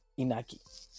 Inaki